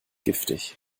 giftig